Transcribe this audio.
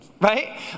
right